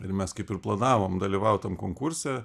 ir mes kaip ir planavom dalyvaut tam konkurse